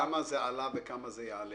כמה זה עלה וכמה זה יעלה?